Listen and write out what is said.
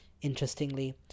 Interestingly